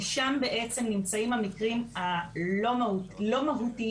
כי שם למעשה נמצאים המקרים "הלא מהותיים",